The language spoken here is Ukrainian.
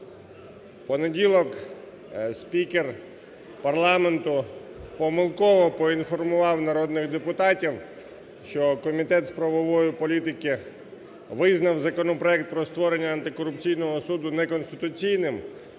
понеділок спікер парламенту помилково поінформував народних депутатів, що Комітет з правової політики визнав законопроект про створення антикорупційного суду неконституційним.